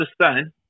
understand